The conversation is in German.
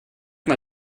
mal